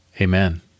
Amen